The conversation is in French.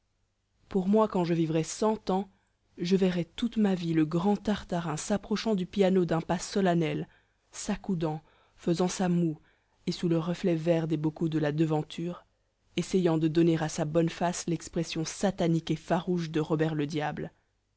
pour moi quand je vivrais cent ans je verrais toute ma vie le grand tartarin s'approchant du piano d'un pas solennel s'accoudant faisant sa moue et sous le reflet vert des bocaux de la devanture essayant de donner à sa bonne face l'expression satanique et farouche de robert le diable